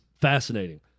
fascinating